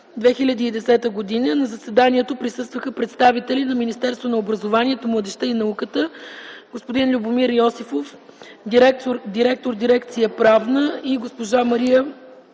законопроекта. На заседанието присъстваха представители на Министерството на образованието, младежта и науката господин Любомир Йосифов – директор на дирекция „Правна”, и госпожа Мария